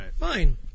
Fine